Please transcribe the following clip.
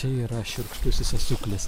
čia yra šiurkštusis asiūklis